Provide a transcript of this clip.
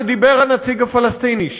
כשדיבר הנציג הפלסטיני.